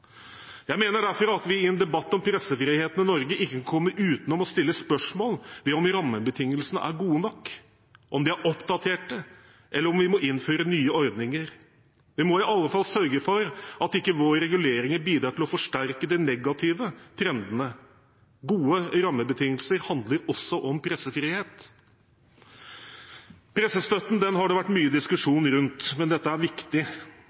Jeg mener derfor at vi i en debatt om pressefriheten i Norge ikke kan komme utenom å stille spørsmål ved om rammebetingelsene er gode nok, om de er oppdaterte, eller om vi må innføre nye ordninger. Vi må i alle fall sørge for at ikke våre reguleringer bidrar til å forsterke de negative trendene. Gode rammebetingelser handler også om pressefrihet. Pressestøtten har det vært mye diskusjon rundt, men den er viktig.